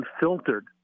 unfiltered